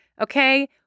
okay